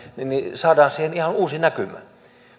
saadaan siihen ihan uusi näkymä